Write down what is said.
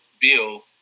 bill